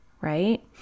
Right